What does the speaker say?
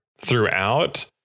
throughout